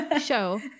show